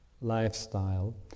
lifestyle